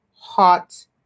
hot